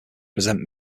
present